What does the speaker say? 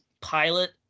pilot